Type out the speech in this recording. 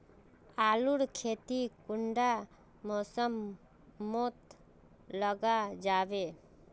आलूर खेती कुंडा मौसम मोत लगा जाबे?